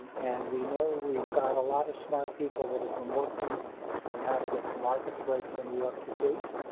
and we know we've got a lot of smart people that have been working on how to get the markets right for new york to date.